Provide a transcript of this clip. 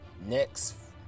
Next